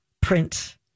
print